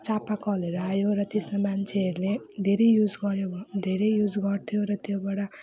चापाकलहरू आयो र त्यसमा मान्छेहरूले धेरै युज गऱ्यो धेरै युज गर्थ्यो र त्योबाट